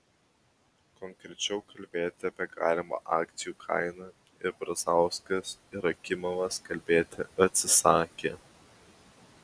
konkrečiau kalbėti apie galimą akcijų kainą ir brazauskas ir akimovas kalbėti atsisakė